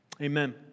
Amen